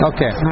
Okay